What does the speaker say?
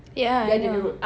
yeah I know ah